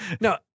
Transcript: No